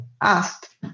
asked